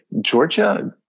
Georgia